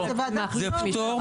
לא, זה ועדת פטור.